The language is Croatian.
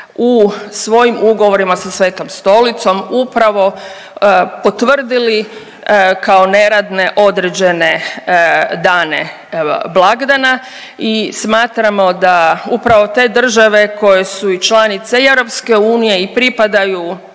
u svojim ugovorima sa Svetom Stolicom upravo potvrdili kao neradne određene dane blagdana i smatramo da upravo te države koje su i članice i EU i pripadaju